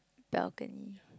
balcony